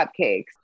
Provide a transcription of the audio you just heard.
cupcakes